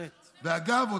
ואגב,